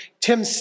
Tim